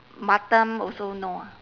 batam also no ah